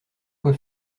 quoi